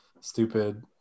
stupid